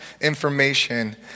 information